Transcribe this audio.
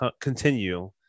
continue